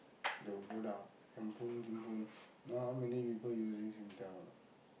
they'll go down and phone phone now how many people using Singtel or not